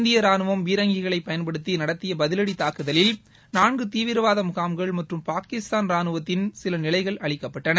இந்தியரானுவம் பீரங்கிகளைப் பயன்படுத்திநடத்தியபதிலடிதாக்குதலில் நான்குதீவிரவாதமுகாம்கள் மற்றும் பாகிஸ்தான் ராணுவனத்தின் சிலநிலைகள் அழிக்கப்பட்டன